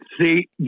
see